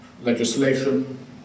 legislation